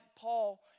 Paul